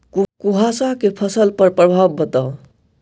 कुहासा केँ फसल पर प्रभाव बताउ?